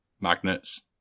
Magnets